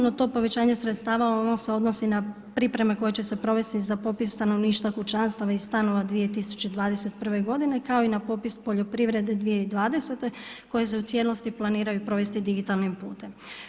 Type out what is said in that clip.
No to povećanje sredstava, ono se odnosi na pripreme koje će se provesti za popis stanovništva, kućanstava i stanova 2021. godine, kao i na popis poljoprivrede 2020. koje se u cijelosti planiraju provesti digitalnim putem.